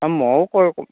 অঁ ময়ো কৰোঁ